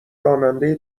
راننده